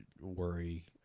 worry